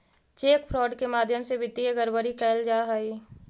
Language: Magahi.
चेक फ्रॉड के माध्यम से वित्तीय गड़बड़ी कैल जा हइ